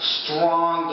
strong